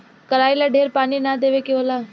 कराई ला ढेर पानी ना देवे के होला